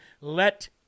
Let